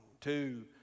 two